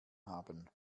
haben